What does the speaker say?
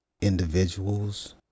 individuals